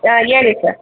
ಹಾಂ ಹೇಳಿ ಸರ್